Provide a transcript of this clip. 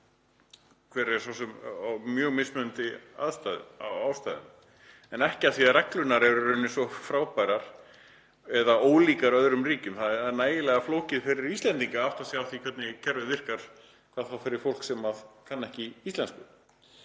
var í neyð, af mjög mismunandi ástæðum en ekki af því að reglurnar séu í rauninni svo frábærar eða ólíkar öðrum ríkjum. Það er nægilega flókið fyrir Íslendinga að átta sig á því hvernig kerfið virkar, hvað þá fyrir fólk sem kann ekki íslensku.